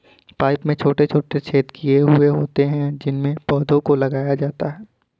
pipe में छोटे छोटे छेद किए हुए होते हैं उनमें पौधों को लगाया जाता है